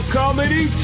comedy